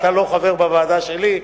אתה לא חבר בוועדה שלי,